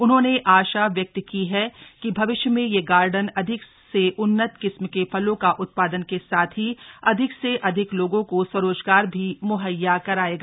उन्होंने आशा व्यक्त की है कि भविष्य में यह गार्डन अधिक से उन्नत किस्म के फलो का उत्पादन के साथ ही अधिक से अधिक लोगों स्वरोगार भी मुहैया करायेगा